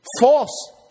false